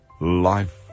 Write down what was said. life